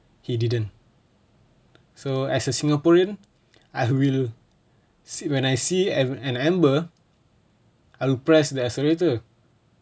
he didn't so as a singaporean I will sit when I see an am~ amber I'll press the accelerator